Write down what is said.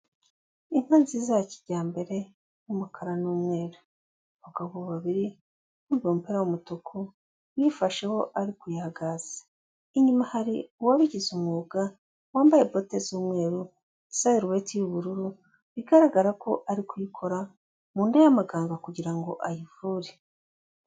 Inka nziza ya kijyambere umukara n'umweru, abagabo babiri uwambaye umjpira w'umutuku ayifasheho ari kuyagaza, inyuma hari uwabigize umwuga wambaye pote z'umweru, isarubeti y'ubururu bigaragara ko ari kuyikora mu nda y'amaganga kugira ngo ayivure.